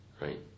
right